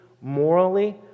morally